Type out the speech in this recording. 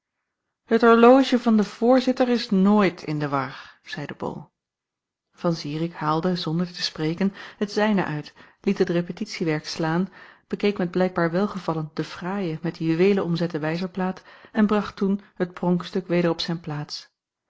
het horologie van den voorzitter is nooit in de war zeide bol van zirik haalde zonder te spreken het zijne uit liet het repetitiewerk slaan bekeek met blijkbaar welgevallen de fraaie met juweelen omzette wijzerplaat en bracht toen het pronkstuk weder op zijn plaats